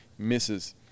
Misses